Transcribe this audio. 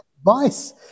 advice